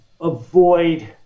avoid